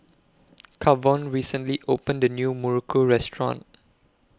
Kavon recently opened A New Muruku Restaurant